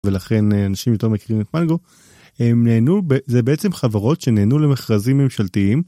ולכן אנשים יותר מכירים את פנגו, הם נענו, זה בעצם חברות שנענו למכרזים ממשלתיים.